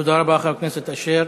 תודה רבה, חבר הכנסת אשר.